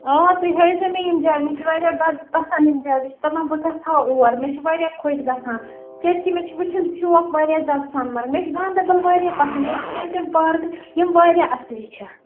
آ تُہۍ ہاوزیٚو مےٚ یِم جایہِ مےٚ چھِ وارِیاہ بَڈٕ پسنٛد یِم جایہِ بہٕ چھَس دَپان بہٕ گَژھٕ ہا اور مےٚ چھُ وارِیاہ خۄش گَژھان کیٛازِ کہِ مےٚ چھِ وُچھُن شوق وارِیاہ زیادٕ سۄنہٕ مرٕگ مےٚ چھُ گانٛدربل وارِیاہ پسنٛد ییٚتہِ چھِ تِم تِم پارکہٕ یِم وارِیاہ اَصٕل چھَ